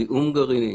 זיהום גרעיני